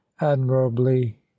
admirably